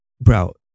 bro